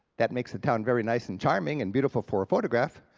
that makes the town very nice, and charming, and beautiful for a photograph,